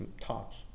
tops